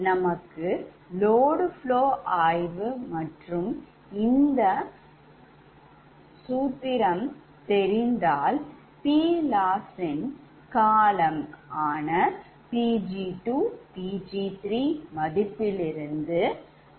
நமக்கு load flow studies மற்றும் இந்த loss formula சூத்திரம் தெரிந்திருந்தால் PLoss ன் termகால Pg2 Pg3 மதிப்பிலிருந்து அளவிடலாம்